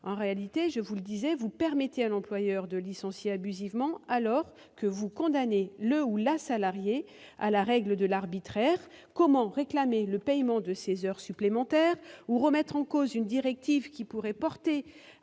En réalité, comme je le disais, vous permettez à l'employeur de licencier abusivement alors que vous condamnez le salarié ou la salariée à la règle de l'arbitraire. Comment un salarié réclamerait-il le paiement de ses heures supplémentaires ou remettrait-il en cause une directive susceptible de porter